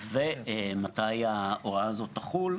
ומתי ההוראה הזו תחול?